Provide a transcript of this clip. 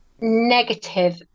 negative